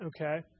okay